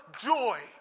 joy